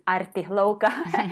arti lauką